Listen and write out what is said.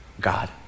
god